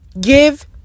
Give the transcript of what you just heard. give